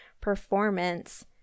performance